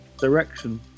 direction